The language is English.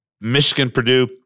Michigan-Purdue